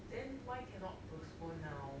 then why cannot postpone now